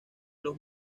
los